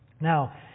Now